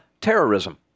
terrorism